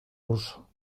ruso